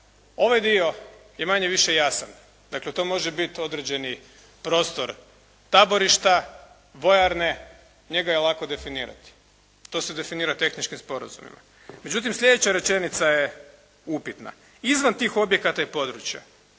Ovaj dio je manje-više jasan. Dakle to može biti određeni prostor taborišta, vojarne. Njega je lako definirati. To se definira tehničkim sporazumima. Međutim sljedeća rečenica je upitna. Izvan tih objekata i područja